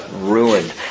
ruined